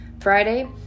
Friday